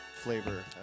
flavor